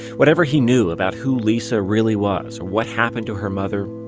whatever he knew about who lisa really was or what happened to her mother,